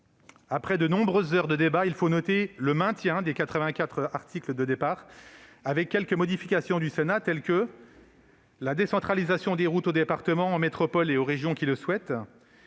Après de nombreuses heures de débats, il faut noter le maintien des quatre-vingt-quatre articles de départ avec quelques modifications du Sénat, comme la décentralisation des routes aux départements, aux métropoles et aux régions qui le souhaitent,